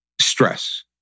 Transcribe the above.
stress